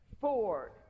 Ford